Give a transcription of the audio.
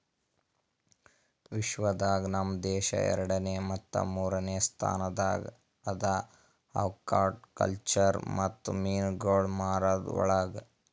ವಿಶ್ವ ದಾಗ್ ನಮ್ ದೇಶ ಎರಡನೇ ಮತ್ತ ಮೂರನೇ ಸ್ಥಾನದಾಗ್ ಅದಾ ಆಕ್ವಾಕಲ್ಚರ್ ಮತ್ತ ಮೀನುಗೊಳ್ ಮಾರದ್ ಒಳಗ್